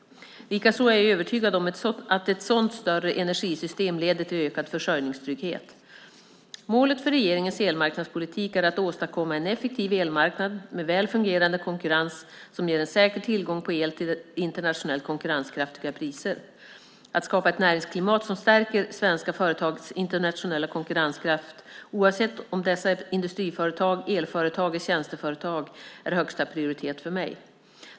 Likaså är jag övertygad om att ett sådant större energisystem leder till ökad försörjningstrygghet. Målet för regeringens elmarknadspolitik är att åstadkomma en effektiv elmarknad med väl fungerande konkurrens som ger en säker tillgång på el till internationellt konkurrenskraftiga priser. Att skapa ett näringsklimat som stärker svenska företags internationella konkurrenskraft, oavsett om dessa är industriföretag, elföretag eller tjänsteföretag, är högsta prioritet för mig.